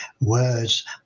words